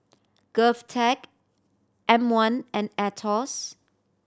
GovTech M One and Aetos